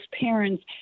parents